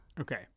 okay